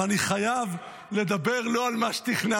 אבל אני חייב לדבר לא על מה שתכננתי.